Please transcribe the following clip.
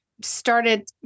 started